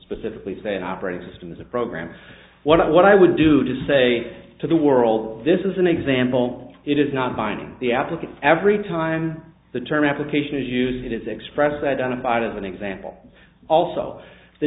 specifically say an operating system is a program what i what i would do to say to the world this is an example it is not binding the applicant every time the term application is used it is expressed identified as an example also the